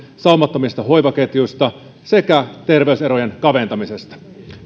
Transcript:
saumattomista hoivaketjuista sekä terveyserojen kaventamisesta